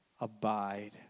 abide